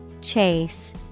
Chase